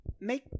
make